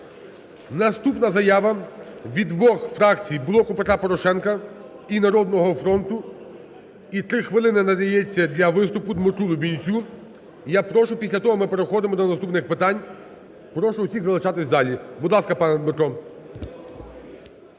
Наступна заява від двох фракцій – "Блоку Петра Порошенка" і "Народного фронту" – і три хвилини надається для виступу Дмитру Лубінцю. Я прошу, після того ми переходимо до наступних питань, прошу всіх залишатися в залі. Будь ласка, пане Дмитро.